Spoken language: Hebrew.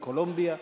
בקולומביה,